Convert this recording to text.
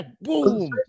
boom